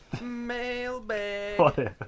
Mailbag